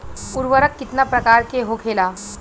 उर्वरक कितना प्रकार के होखेला?